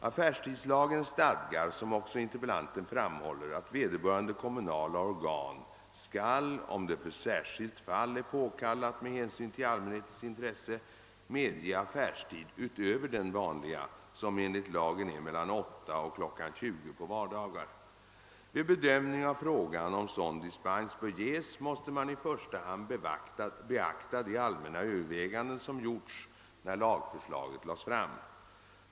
Affärstidslagen stadgar, som också interpellanten framhåller, att vederbörande kommunala organ skall — om det för särskilt fall är påkallat med hänsyn till allmänhetens intresse — medge affärstid utöver den vanliga, som enligt lagen är mellan kl. 8 och kl. 20 på vardagar. Vid bedömning av frågan om sådan dispens bör ges måste man i första hand beakta de allmänna överväganden som gjordes när lagförslaget lades fram.